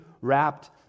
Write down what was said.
wrapped